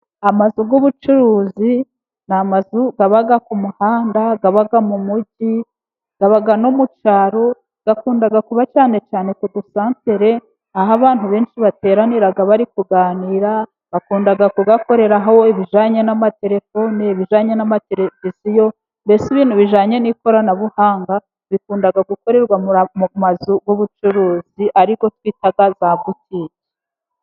Amazu y'ubucuruzi ni amazu aba ku muhanda ,aba mu mugi, aba no mu cyaro ,akunda kuba cyane cyane ku dusantere aho abantu benshi bateranira bari kuganira, bakunda kuyakoreraho ibijyanye n'amatelefoni, ibijyanye n'amateleviziyo, mbese ibintu bijyanye n'ikoranabuhanga bikunda gukorerwa mu mazu y'ubucuruzi, ariyo twita za butike.